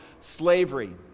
slavery